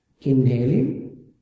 inhaling